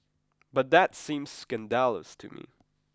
but that seems scandalous to me